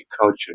culture